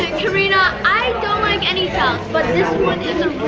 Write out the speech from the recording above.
karina, i don't like any salads but this one is